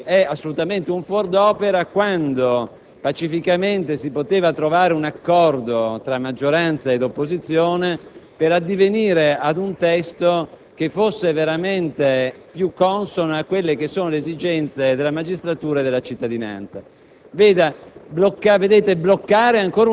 nulla. La votazione sugli articoli è quindi assolutamente un fuor d'opera, quando pacificamente si poteva trovare un accordo tra maggioranza ed opposizione per addivenire ad un testo che fosse veramente più consono alle esigenze della magistratura e della cittadinanza.